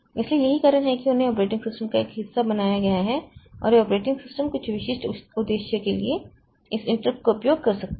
इसलिए यही कारण है कि उन्हें ऑपरेटिंग सिस्टम का हिस्सा बनाया गया है और यह ऑपरेटिंग सिस्टम कुछ विशिष्ट उद्देश्य के लिए इस इंटरपट का उपयोग कर सकता है